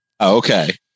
Okay